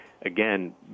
again